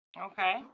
Okay